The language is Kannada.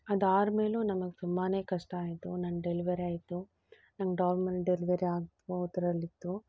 ಅದಾದ್ಮೇಲೂ ನಮಗೆ ತುಂಬನೇ ಕಷ್ಟ ಆಯಿತು ನನ್ನ ಡೆಲ್ವರಿ ಆಯಿತು ನಂಗೆ ಡಾಲ್ ಮನೆ ಡೆಲ್ವರಿ ಆಗೋದ್ರಲ್ಲಿತ್ತು